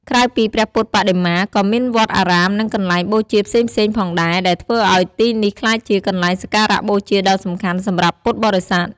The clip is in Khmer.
ក្រៅពីព្រះពុទ្ធបដិមា ក៏មានវត្តអារាមនិងកន្លែងបូជាផ្សេងៗផងដែរ ដែលធ្វើឲ្យទីនេះក្លាយជាកន្លែងសក្ការបូជាដ៏សំខាន់សម្រាប់ពុទ្ធបរិស័ទ។